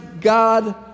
God